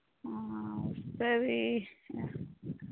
సరే ఇవ్వి